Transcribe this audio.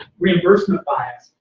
reimbursement bias.